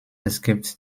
escaped